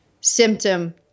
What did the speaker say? symptom